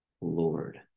Lord